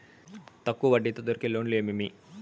తక్కువ వడ్డీ తో దొరికే లోన్లు ఏమేమి